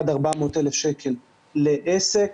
עד 400,000 שקל לעסק.